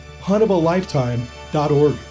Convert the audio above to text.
Huntofalifetime.org